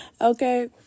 Okay